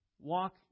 Walk